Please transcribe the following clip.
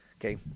Okay